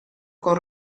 con